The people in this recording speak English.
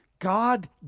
God